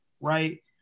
Right